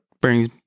brings